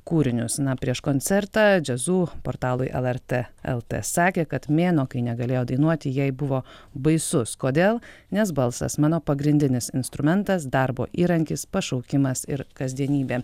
kūrinius na prieš koncertą jazzu portalui lrt lt sakė kad mėnuo kai negalėjo dainuoti jai buvo baisus kodėl nes balsas mano pagrindinis instrumentas darbo įrankis pašaukimas ir kasdienybė